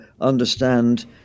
understand